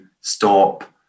stop